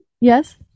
yes